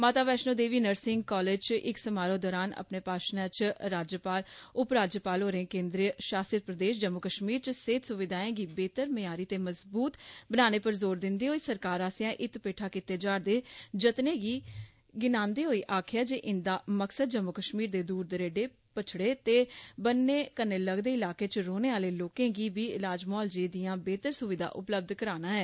माता Vaishno Devi nursing college च इक समारोह दौरान अपने भाशणै च उपराज्यपाल होरें केन्द्र शासत प्रदेश जम्मू कश्मीर च सेहत स्विधाएं गी बेहतर म्यारी ते मजबूत बनाने पर जोर दिन्दे होई सरकार आसेया इत भैठा कीते जा रदे जतने गी गिनांदे होई आक्खेया जे इन्दा मकसद जम्मू कश्मीर दे दूर दरेडे पछड़े दे ते बन्ने कन्नै लगदे इलाकें च रौहने आलें लोकें गी बी इलाज मुआलजे दियां बेहतर सुविधा उपलब्ध कराना ऐ